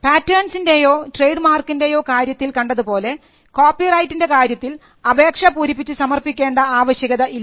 പാറ്റേൺസിൻറേയോ ട്രേഡ്മാർക്കിൻറേയോ കാര്യത്തിൽ കണ്ടതുപോലെ കോപ്പിറൈറ്റിൻറെ കാര്യത്തിൽ അപേക്ഷ പൂരിപ്പിച്ച് സമർപ്പിക്കേണ്ട ആവശ്യകത ഇല്ല